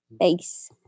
thanks